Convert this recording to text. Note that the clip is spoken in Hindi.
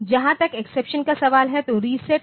जहां तक एक्सेप्शन का सवाल है तो रीसेट है